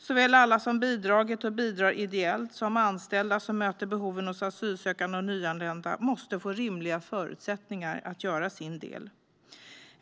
Såväl alla som bidragit och bidrar ideellt som anställda som möter behoven hos asylsökande och nyanlända måste få rimliga förutsättningar att göra sin del.